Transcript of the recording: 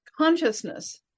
consciousness